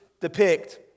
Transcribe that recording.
depict